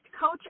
coach